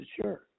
sure